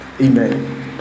Amen